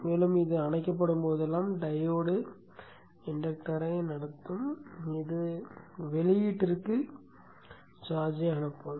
மேலும் இது அணைக்கப்படும் போதெல்லாம் டயோடு இண்டக்டரை நடத்துகிறது இது வெளியீட்டிற்கு சார்ஜ்யை அனுப்பும்